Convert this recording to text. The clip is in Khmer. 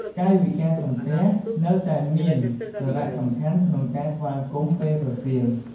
កាយវិការសំពះ នៅតែមានសារៈសំខាន់ក្នុងការស្វាគមន៍ពេលរសៀល។